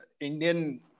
Indian